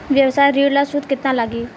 व्यवसाय ऋण ला सूद केतना लागी?